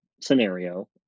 scenario